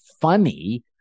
funny